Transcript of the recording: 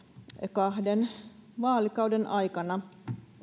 kahden vaalikauden aikana